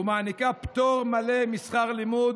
ומעניקה פטור מלא משכר לימוד